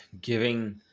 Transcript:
giving